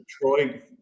troy